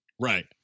right